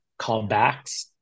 callbacks